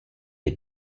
les